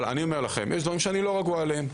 אבל יש דברים שאני לא רגוע עליהם.